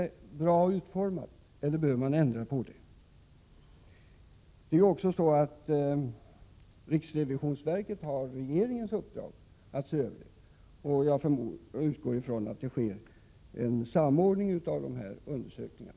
Riksdagens revisorer skall uttala sig om huruvida statsbidraget är bra utformat eller om det behöver ändras. Riksrevisionsverket har regeringens uppdrag att se över det, och jag utgår från att det sker en samordning av dessa undersökningar.